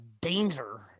danger